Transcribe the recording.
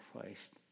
Christ